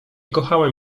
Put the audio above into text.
kochałem